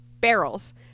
barrels